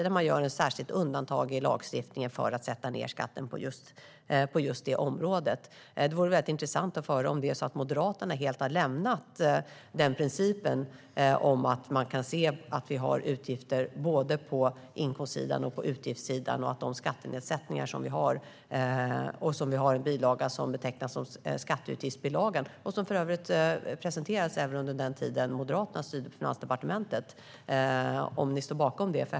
Då gör man ett särskilt undantag i skattelagstiftningen för att sätta ned skatten på just det området. Det vore väldigt intressant att få höra om Moderaterna helt har lämnat principen att vi har kostnader på både inkomstsidan och utgiftssidan och om de skatteutgifter vi har. De presenteras i den bilaga som betecknas som skatteutgiftsbilagan, som för övrigt publicerades även under den tid Moderaterna styrde på Finansdepartementet. Står ni fortfarande bakom detta?